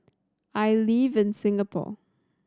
I live in Singapore